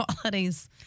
qualities